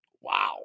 Wow